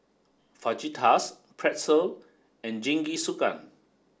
Fajitas Pretzel and Jingisukan